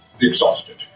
exhausted